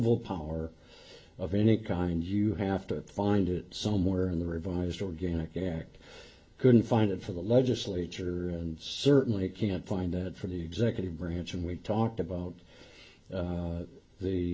removal power of any kind you have to find it somewhere in the revised organic gak couldn't find it for the legislature and certainly can't find that for the executive branch and we talked about